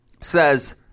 says